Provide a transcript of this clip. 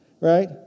Right